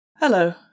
hello